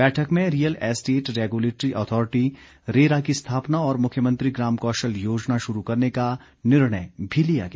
बैठक में real estate regulatory authority RERA की स्थापना और मुख्यमंत्री ग्राम कौशल योजना शुरू करने का निर्णय भी लिया गया